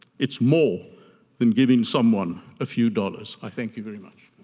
it's more than giving someone a few dollars. i thank you very much.